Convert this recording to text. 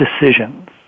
decisions